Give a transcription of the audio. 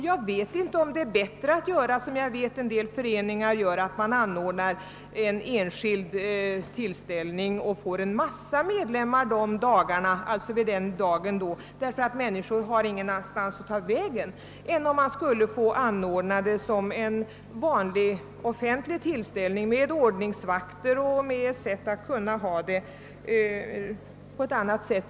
Jag vet inte om det är bättre att förfara som en del föreningar gör, när de under dessa helgdagar anordnar en enskild tillställning och får en mängd medlemmar därför att människor då inte har någonstans att ta vägen. Jag tycker det vore bättre att man fick anordna vanliga offentliga tillställningar med ordningsvakter o. d.